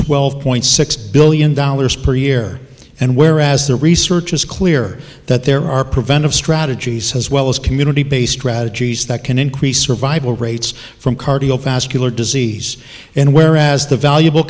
twelve point six billion dollars per year and whereas the research is clear that there are preventive strategies as well as community based radke's that can increase survival rates from cardiovascular disease and whereas the valuable